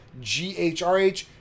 GHRH